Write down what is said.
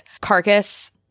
carcass